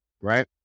right